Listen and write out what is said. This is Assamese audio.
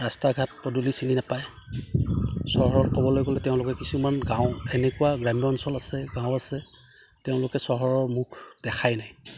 ৰাস্তা ঘাট পদূলি চিনি নাপায় চহৰত ক'বলৈ গ'লে তেওঁলোকে কিছুমান গাঁও এনেকুৱা গ্ৰাম্য অঞ্চল আছে গাঁও আছে তেওঁলোকে চহৰৰ মুখ দেখাই নাই